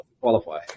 qualify